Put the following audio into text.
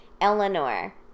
Eleanor